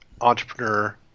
entrepreneur